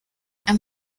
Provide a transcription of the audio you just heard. i’m